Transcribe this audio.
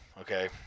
Okay